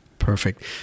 Perfect